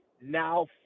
Now